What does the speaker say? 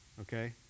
okay